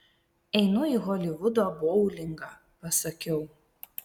einu į holivudo boulingą pasakiau